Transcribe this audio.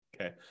Okay